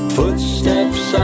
footsteps